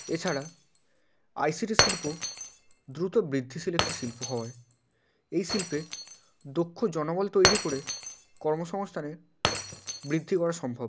এছাড়া আইসিটি শিল্প দ্রুত বৃদ্ধিশীল একটি শিল্প হওয়ায় এই শিল্পে দক্ষ জনবল তৈরি করে কর্মসংস্থানের বৃদ্ধি করা সম্ভব